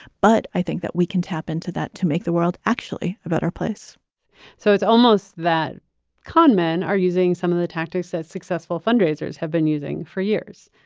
but i think that we can tap into that to make the world actually a better place so it's almost that con men are using some of the tactics as successful fundraisers have been using for years.